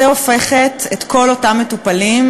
הופכת את כל אותם המטופלים,